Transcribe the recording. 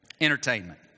Entertainment